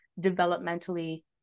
developmentally